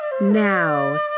Now